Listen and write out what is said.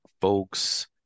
folks